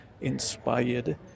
inspired